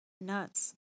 Nuts